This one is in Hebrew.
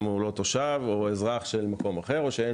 אם הוא לא תושב או אזרח של מקום אחר או שאין